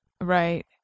right